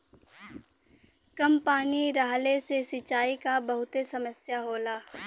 कम पानी रहले से सिंचाई क बहुते समस्या होला